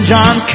John